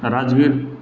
Rajveer